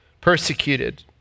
persecuted